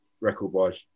record-wise